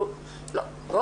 אומר